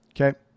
Okay